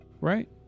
Right